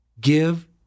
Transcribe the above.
Give